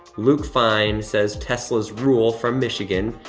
luke fine says, teslas rule, from michigan.